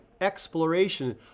exploration